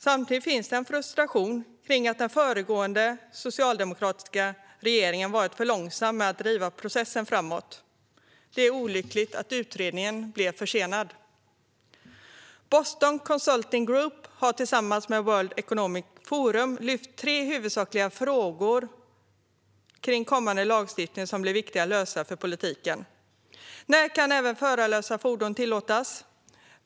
Samtidigt finns en frustration kring att den föregående socialdemokratiska regeringen varit för långsam med att driva processen framåt. Det är olyckligt att utredningen blev försenad. Boston Consulting Group har tillsammans med World Economic Forum lyft fram tre huvudsakliga frågor kring kommande lagstiftning som blir viktiga att lösa för politiken: När kan även förarlösa fordon tillåtas?